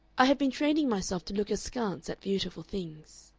i have been training myself to look askance at beautiful things.